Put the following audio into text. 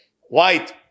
white